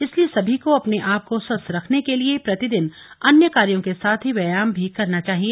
इसलिए सभी को अपने आप को स्वस्थ रखने के लिए प्रतिदिन अन्य कार्यों के साथ ही व्यायाम भी करना चाहिए